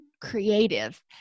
creative